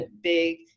big